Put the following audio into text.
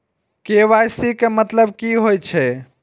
KYC के मतलब कि होई छै?